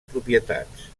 propietats